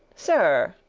sir,